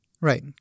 Right